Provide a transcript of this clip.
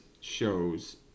shows